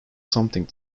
something